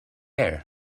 air